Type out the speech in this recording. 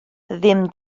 ddim